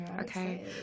Okay